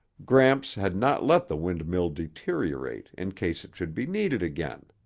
gramps had not let the windmill deteriorate in case it should be needed again.